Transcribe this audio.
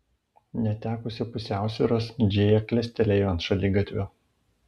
netekusi pusiausvyros džėja klestelėjo ant šaligatvio